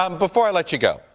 um before i let you go,